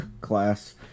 class